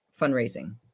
fundraising